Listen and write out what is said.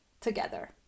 together